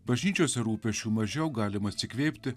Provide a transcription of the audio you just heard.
bažnyčiose rūpesčių mažiau galima atsikvėpti